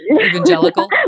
evangelical